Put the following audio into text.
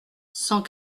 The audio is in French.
cent